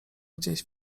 gdzieś